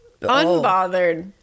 unbothered